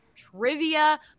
trivia